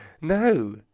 No